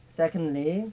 secondly